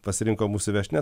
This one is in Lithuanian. pasirinko mūsų viešnia